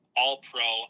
all-pro